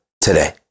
today